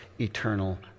eternal